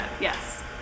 yes